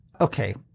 okay